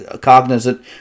cognizant